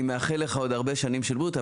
אני מאחל לך עוד הרבה שנים של בריאות,